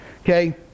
Okay